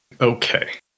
Okay